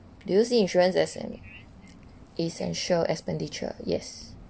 do you see insurance as an essential expenditure yes